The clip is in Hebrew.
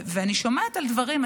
אני שומעת על דברים,